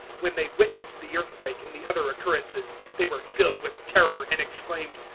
when they witnessed the earthquake and the other occurrences they were filled with terror, and exclaimed,